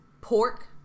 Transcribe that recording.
pork